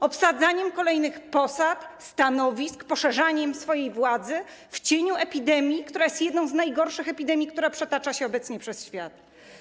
Obsadzaniem kolejnych posad, stanowisk, poszerzaniem swojej władzy w cieniu epidemii, która jest jedną z najgorszych epidemii i przetacza się obecnie przez świat.